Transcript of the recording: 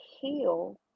heal